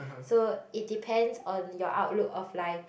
so it depends on your outlook of life